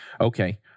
okay